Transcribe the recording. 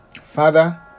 Father